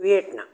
Vietnam